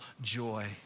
joy